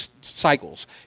cycles